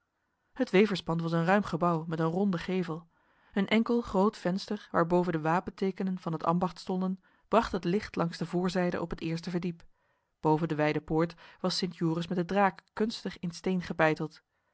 het weverspand was een ruim gebouw met een ronde gevel een enkel groot venster waarboven de wapentekenen van het ambacht stonden bracht het licht langs de voorzijde op het eerste verdiep boven de wijde poort was sint joris met de draak kunstig in steen gebeiteld